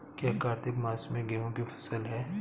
क्या कार्तिक मास में गेहु की फ़सल है?